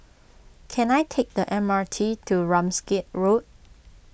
can I take the M R T to Ramsgate Road